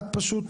את פשוט,